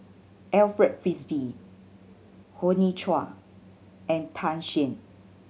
Alfred Frisby Hoey Choo and Tan Shen